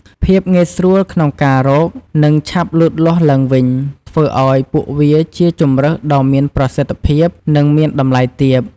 ភាពងាយស្រួលក្នុងការរក និងឆាប់លូតលាស់ឡើងវិញ ធ្វើឱ្យពួកវាជាជម្រើសដ៏មានប្រសិទ្ធភាព និង មានតម្លៃទាប។